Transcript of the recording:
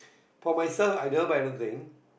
for myself i don't buy anything